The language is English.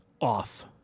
off